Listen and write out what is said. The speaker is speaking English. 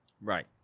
Right